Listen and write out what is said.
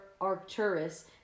Arcturus